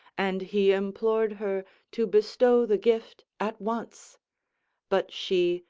and he implored her to bestow the gift at once but she,